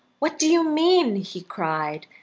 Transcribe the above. what do you mean? he cried.